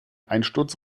einsturz